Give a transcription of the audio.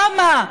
למה?